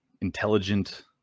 intelligent